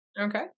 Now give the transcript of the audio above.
Okay